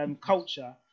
culture